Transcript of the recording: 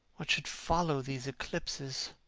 what should follow these eclipses.